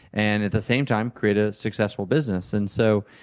and at the same time create a successful business. and so,